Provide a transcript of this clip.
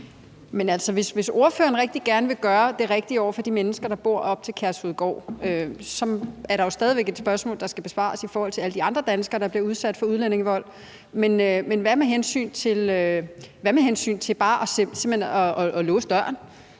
hvis ordføreren rigtig gerne vil gøre det rigtige over for de mennesker, der bor op til Kærshovedgård, er der jo stadig væk et spørgsmål, der skal besvares i forhold til alle de andre danskere, der bliver udsat for udlændingevold. Men hvad med hensyn til bare simpelt hen